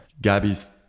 Gabby's